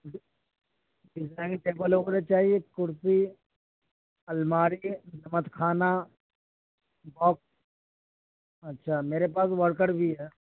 مل جائے گی ٹیبل اور کیا چاہیے کرسی الماری نعمت کھانہ باکس اچھا میرے پاس ورکر بھی ہیں